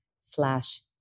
slash